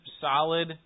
solid